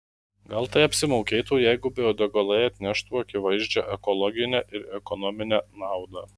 gal tai apsimokėtų jeigu biodegalai atneštų akivaizdžią ekologinę ir ekonominę naudą